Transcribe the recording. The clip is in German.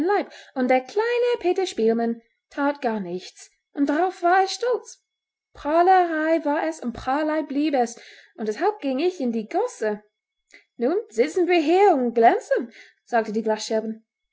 und der kleine peter spielmann that gar nichts und darauf war er stolz prahlerei war es und prahlerei blieb es und deshalb ging ich in die gosse nun sitzen wir hier und glänzen sagte der glasscherben